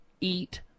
Eat